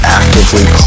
actively